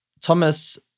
Thomas